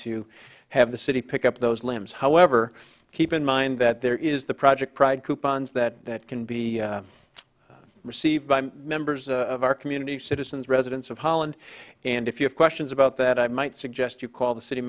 to have the city pick up those limbs however keep in mind that there is the project pride coupons that can be received by members of our community of citizens residents of holland and if you have questions about that i might suggest you call the city